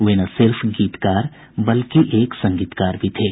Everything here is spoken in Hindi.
वे न सिर्फ गीतकार बल्कि एक संगीतकार भी थे